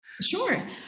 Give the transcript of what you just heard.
Sure